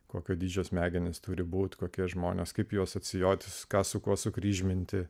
kokio dydžio smegenys turi būti kokie žmonės kaip jo asocijuotis ką su kuo sukryžminti